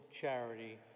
charity